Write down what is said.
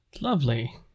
Lovely